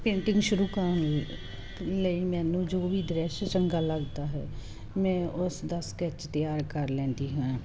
painting ਸ਼ੁਰੂ ਕਰਨ ਲਈ ਦੇ ਲਈ ਮੈਨੂੰ ਜੋ ਵੀ ਦ੍ਰਿਸ਼ ਚੰਗਾ ਲੱਗਦਾ ਹੈ ਮੈਂ ਉਸ ਦਾ ਸਕੈਚ ਤਿਆਰ ਕਰ ਲੈਂਦੀ ਹਾਂ